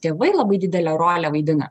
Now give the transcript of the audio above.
tėvai labai didelę rolę vaidina